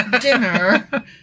dinner